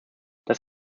das